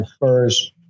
first